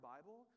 Bible